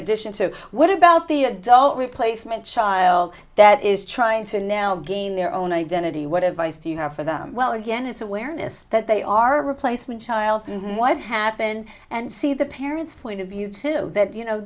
addition to what about the adult replacement child that is trying to now gain their own identity what advice do you have for them well again it's awareness that they are a replacement child and what happened and see the parents point of view to that you know